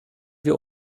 wir